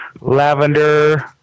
lavender